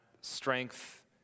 strength